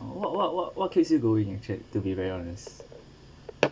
what what what what keeps you going to be very honest